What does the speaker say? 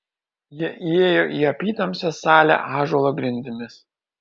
jie įėjo į apytamsę salę ąžuolo grindimis